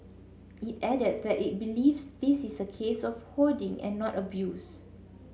it added that it believes this is a case of hoarding and not abuse